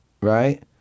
right